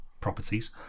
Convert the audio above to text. properties